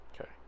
okay